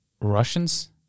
Russians